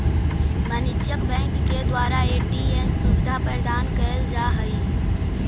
वाणिज्यिक बैंक के द्वारा ए.टी.एम सुविधा प्रदान कैल जा हइ